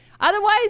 Otherwise